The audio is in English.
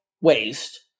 waste